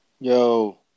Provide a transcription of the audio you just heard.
Yo